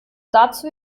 dazu